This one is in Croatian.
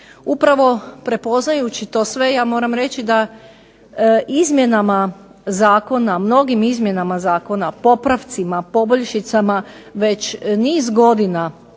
Upravo prepoznajući to sve ja moram reći da izmjenama zakona mnogim izmjenama zakona, popravcima, poboljšicama već niz godina